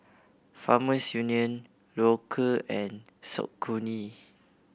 Farmers Union Loacker and Saucony